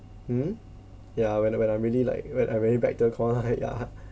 mm yeah when I when I'm really like when I really back to the call ya